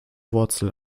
wurzel